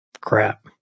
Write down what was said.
crap